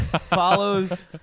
follows